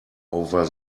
over